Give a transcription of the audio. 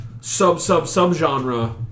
sub-sub-sub-genre